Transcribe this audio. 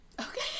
Okay